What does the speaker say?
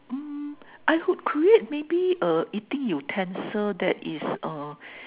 uh I would create maybe uh eating utensil that is a